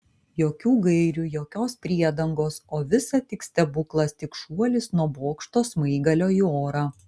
jokių gairių jokios priedangos o visa tik stebuklas tik šuolis nuo bokšto smaigalio į orą